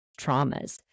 traumas